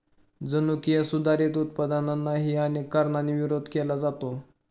जनुकीय सुधारित उत्पादनांनाही अनेक कारणांनी विरोध केला जातो